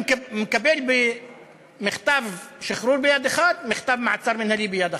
ומקבל מכתב שחרור ביד אחת ומכתב מעצר מינהלי ביד אחרת,